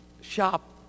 shop